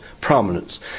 prominence